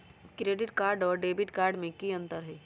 Credit card और debit card में की अंतर हई?